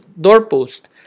doorpost